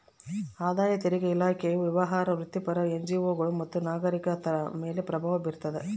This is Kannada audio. ಆದಾಯ ತೆರಿಗೆ ಇಲಾಖೆಯು ವ್ಯವಹಾರ ವೃತ್ತಿಪರರು ಎನ್ಜಿಒಗಳು ಮತ್ತು ನಾಗರಿಕರ ಮೇಲೆ ಪ್ರಭಾವ ಬೀರ್ತಾವ